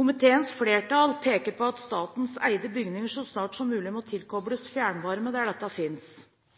Komiteens flertall peker på at statlig eide bygninger så snart som mulig bør tilkobles fjernvarmenett der dette